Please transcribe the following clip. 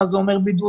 מה זה אומר בידוד,